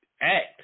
act